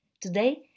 Today